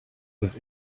was